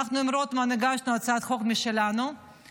אנחנו הגשנו הצעת חוק משלנו עם רוטמן,